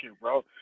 bro